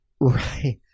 Right